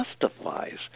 justifies